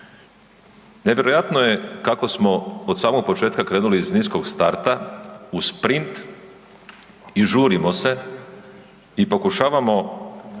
Nevjerojatno je kako smo od samog početka krenuli iz niskog starta u sprint i žurimo se i pokušavamo